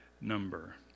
number